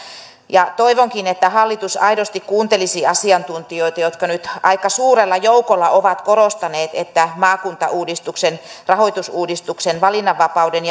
toivonkin että hallitus aidosti kuuntelisi asiantuntijoita jotka nyt aika suurella joukolla ovat korostaneet että maakuntauudistuksen rahoitusuudistuksen valinnanvapauden